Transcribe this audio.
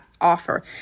offer